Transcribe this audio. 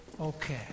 Okay